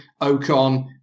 Ocon